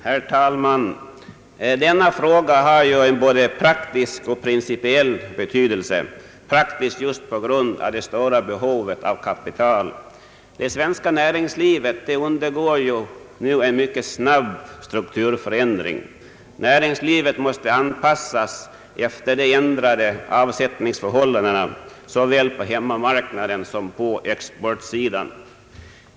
Herr talman! Denna fråga har en både praktisk och principiell betydelse, praktisk just på grund av det stora behovet av kapital. Det svenska näringslivet undergår ju en mycket snabb strukturförändring. Näringslivet måste anpassas efter de ändrade avsättningsförhållandena såväl på hemmamarknaden som på exportsidan.